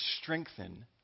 strengthen